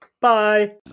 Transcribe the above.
Bye